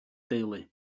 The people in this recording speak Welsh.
deulu